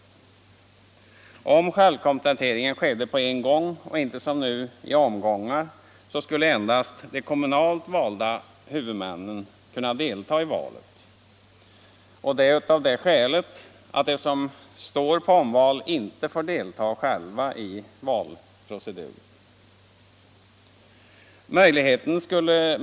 Om självkompletteringen skedde på en gång och inte som nu i omgångar skulle endast de kommunalt valda huvudmännen kunna delta i valet — av det skälet att de som står på omval inte själva får göra detta.